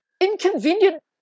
inconvenient